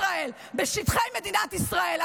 ארץ ישראל לעם ישראל בשטחי מדינת ישראל.